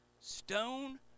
Stone